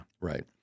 Right